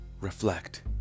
reflect